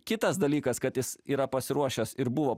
kitas dalykas kad jis yra pasiruošęs ir buvo